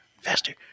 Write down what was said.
faster